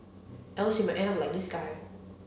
else you might end up like this guy